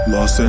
Los